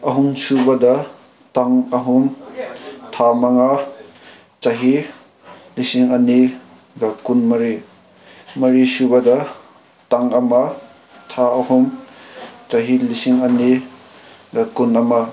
ꯑꯍꯨꯝ ꯁꯨꯕꯗ ꯇꯥꯡ ꯑꯍꯨꯝ ꯊꯥ ꯃꯉꯥ ꯆꯍꯤ ꯂꯤꯁꯤꯡ ꯑꯅꯤꯒ ꯀꯨꯟ ꯃꯔꯤ ꯃꯔꯤꯁꯨꯕꯗ ꯇꯥꯡ ꯑꯃ ꯊꯥ ꯑꯍꯨꯝ ꯆꯍꯤ ꯂꯤꯁꯤꯡ ꯑꯅꯤꯒ ꯀꯨꯟ ꯑꯃ